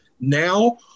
now